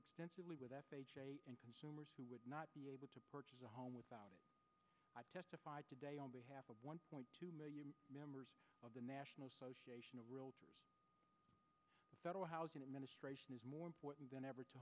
extensively with consumers who would not be able to purchase a home without i testified today on behalf of one point two million members of the national association of realtors federal housing administration is more important than ever to